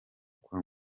kwa